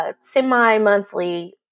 semi-monthly